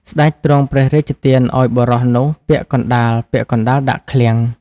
ស្តេចទ្រង់ព្រះរាជទានឱ្យបុរស នោះពាក់កណ្ដាលៗដាក់ឃ្លាំង។